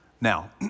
Now